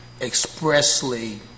expressly